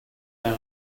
down